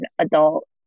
adult